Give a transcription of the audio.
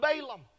Balaam